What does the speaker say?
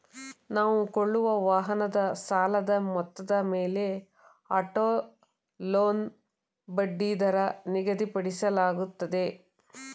ನಾವು ಕೊಳ್ಳುವ ವಾಹನದ ಸಾಲದ ಮೊತ್ತದ ಮೇಲೆ ಆಟೋ ಲೋನ್ ಬಡ್ಡಿದರ ನಿಗದಿಪಡಿಸಲಾಗುತ್ತದೆ